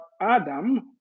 Adam